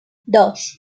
dos